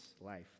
life